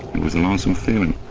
it was a lonesome feeling.